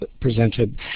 presented